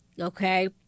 okay